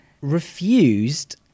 refused